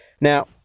now